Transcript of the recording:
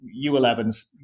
u11s